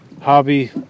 hobby